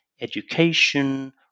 education